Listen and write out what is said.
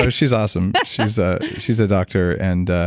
ah she's awesome. she's ah she's a doctor and